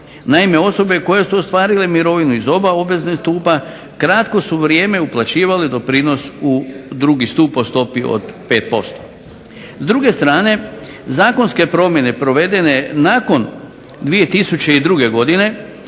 Naime, osobe koje su ostvarile mirovinu iz oba obvezna stupa kratko su vrijeme uplaćivali doprinos u drugi stup po stopi od 5%. S druge strane zakonske promjene provedene nakon 2002. Godine,